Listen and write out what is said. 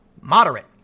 Moderate